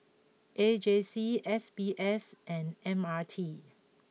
A J C S B S and M R T